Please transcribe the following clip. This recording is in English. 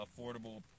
affordable